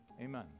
Amen